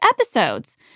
episodes